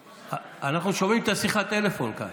אנחנו שומעים את שיחת הטלפון כאן.